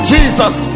Jesus